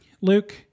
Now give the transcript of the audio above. Luke